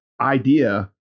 idea